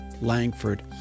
Langford